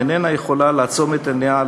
איננה יכולה לעצום את עיניה,